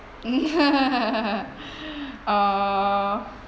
uh